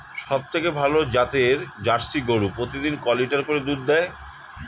সবথেকে ভালো জাতের জার্সি গরু প্রতিদিন কয় লিটার করে দুধ দেয়?